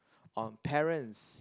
on parents